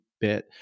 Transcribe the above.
bit